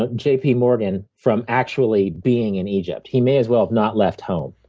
but j p. morgan from actually being in egypt. he may as well have not left home.